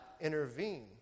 intervene